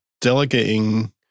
delegating